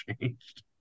changed